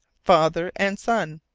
father and son.